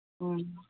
ꯎꯝ